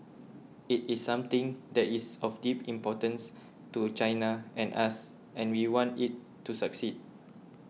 it is something that is of deep importance to China and us and we want it to succeed